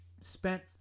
spent